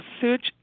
search